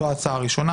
זו ההצעה הראשונה.